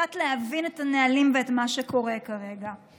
קצת להבין את הנהלים ואת מה שקורה כרגע.